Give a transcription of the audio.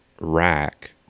rack